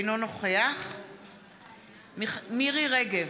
אינו נוכח מירי רגב,